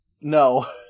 No